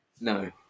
No